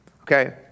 Okay